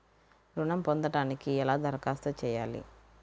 ఋణం పొందటానికి ఎలా దరఖాస్తు చేయాలి?